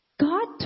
God